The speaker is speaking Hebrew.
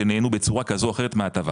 שנהנו בצורה כזו או אחרת מההטבה.